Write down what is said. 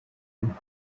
him